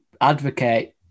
advocate